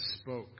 spoke